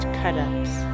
cut-ups